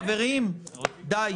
חברים, די.